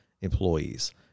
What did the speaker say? employees